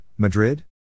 Madrid